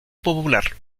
popular